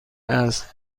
است